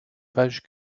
pages